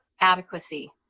adequacy